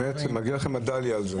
באמת מגיעה להם מדליה על זה.